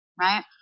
right